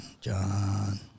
John